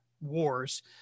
wars